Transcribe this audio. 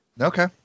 Okay